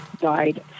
died